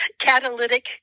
Catalytic